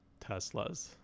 Teslas